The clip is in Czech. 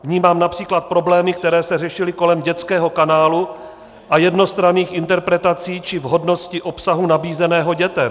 Vnímám například problémy, které se řešily kolem dětského kanálu a jednostranných interpretací či vhodnosti obsahu nabízeného dětem.